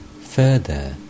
Further